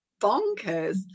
bonkers